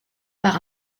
par